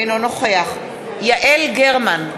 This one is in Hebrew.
אינו נוכח יעל גרמן,